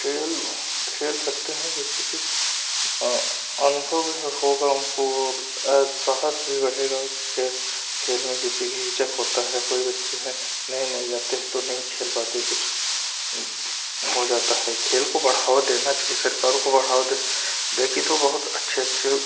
खेल खेल सकते है जैसे कि अनुभव भी होगा उनको और साहस भी बढ़ेगा खेल में जैसे की हिचक होता है कोई बच्चा है नये नये जाते है तो नहीं खेल पाते हैं कुछ हो जाता हैं खेल को बढ़ावा देना चहिए सरकारों को बढ़ावा दे देगी तो बहुत अच्छे अच्छे